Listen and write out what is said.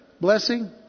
blessing